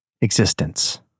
existence